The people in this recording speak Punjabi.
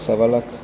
ਸਵਾ ਲੱਖ